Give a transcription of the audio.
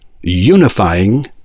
unifying